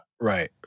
Right